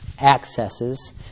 accesses